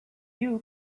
you